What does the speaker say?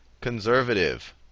conservative